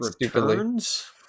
returns